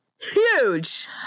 Huge